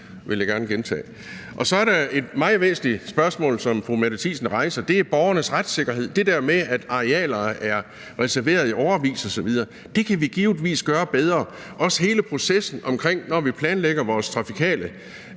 Så er der et meget væsentligt spørgsmål, som fru Mette Thiesen rejser, og det er om borgernes retssikkerhed. Det der med, at arealer er reserveret i årevis osv., kan vi givetvis gøre bedre. Det gælder også hele processen omkring at planlægge vores trafikale